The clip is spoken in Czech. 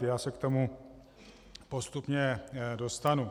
Já se k tomu postupně dostanu.